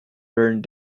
burned